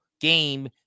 game